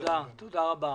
תודה רבה.